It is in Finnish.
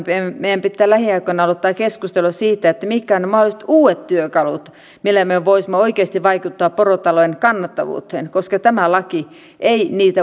meidän pitää lähiaikoina aloittaa keskustelua siitä mitkä ovat ne mahdolliset uudet työkalut millä me voisimme oikeasti vaikuttaa porotalouden kannattavuuteen koska tämä laki ei mitään